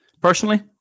personally